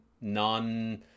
non